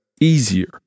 easier